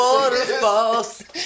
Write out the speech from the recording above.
Waterfalls